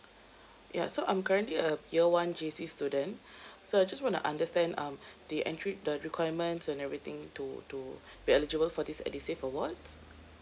ya so I'm currently a year one J_C student so I just wanna understand um the entry the requirements and everything to to be eligible for this edusave awards